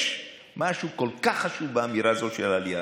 יש משהו כל כך חשוב באמירה הזאת של עלייה.